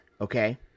Okay